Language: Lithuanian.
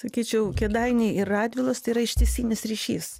sakyčiau kėdainiai ir radvilos tai yra ištisinis ryšys